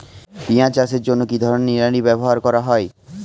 পিঁয়াজ চাষের জন্য কি ধরনের নিড়ানি ব্যবহার করা হয়?